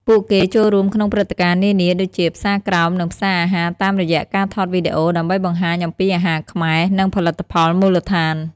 ពួកគេចូលរួមក្នុងព្រឹត្តិការណ៍នានា ដូចជា ផ្សារក្រោម និងផ្សារអាហារតាមរយៈការថតវីដេអូ ដើម្បីបង្ហាញអំពីអាហារខ្មែរ និងផលិតផលមូលដ្ឋាន។